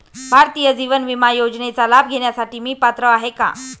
भारतीय जीवन विमा योजनेचा लाभ घेण्यासाठी मी पात्र आहे का?